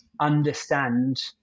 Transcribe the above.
understand